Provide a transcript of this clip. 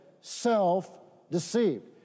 self-deceived